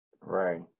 Right